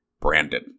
Brandon